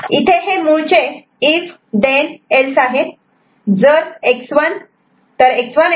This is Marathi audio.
इथे हे मूळचे इफ देन एल्स आहे